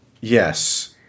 Yes